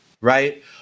right